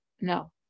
no